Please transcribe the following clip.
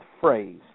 phrase